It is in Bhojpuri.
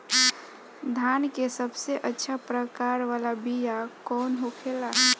धान के सबसे अच्छा प्रकार वाला बीया कौन होखेला?